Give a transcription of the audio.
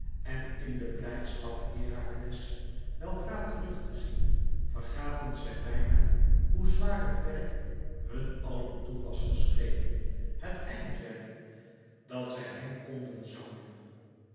en in de blijdschap herakles weldra terug te zien vergaten zij bijna hoe zwaar het werk hun allen toe was geschenen het eindwerk dat zij hem konden zouden